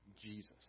Jesus